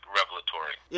revelatory